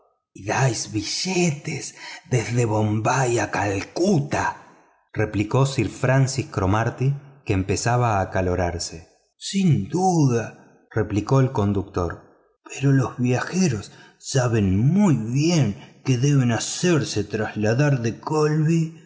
billetes desde bombay a calcuta replicó sir francis que empezaba a acalorarse sin duda replicó el conductor pero los viajeros saben muy bien que deben hacerse trasladar de kholby